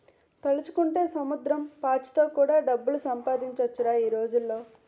తలుచుకుంటే సముద్రం పాచితో కూడా డబ్బులు సంపాదించొచ్చురా ఈ రోజుల్లో